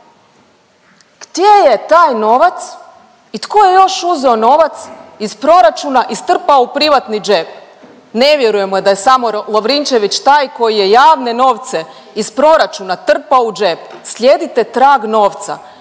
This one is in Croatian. Gdje je taj novac i tko je još uzeo novac iz proračuna i strpao u privatni džep? Ne vjerujemo da je samo Lovrinčević taj koji je javne novce iz proračuna trpao u džep. Slijedite trag novca.